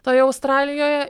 toje australijoje